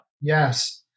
Yes